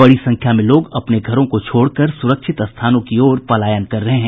बड़ी संख्या में लोग अपने घरों को छोड़कर सुरक्षित स्थानों की ओर पलायन कर रहे हैं